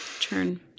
Turn